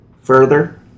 further